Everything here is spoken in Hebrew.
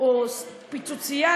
או פיצוצייה,